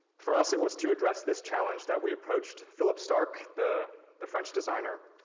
for us, it was to address this challenge that we approached philippe starck, the the french designer,